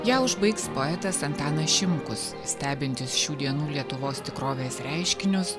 ją užbaigs poetas antanas šimkus stebintis šių dienų lietuvos tikrovės reiškinius